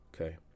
okay